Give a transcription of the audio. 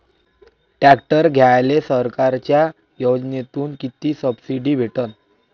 Tractor घ्यायले सरकारच्या योजनेतून किती सबसिडी भेटन?